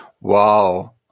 Wow